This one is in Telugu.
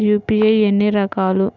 యూ.పీ.ఐ ఎన్ని రకాలు?